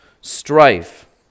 Strife